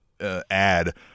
ad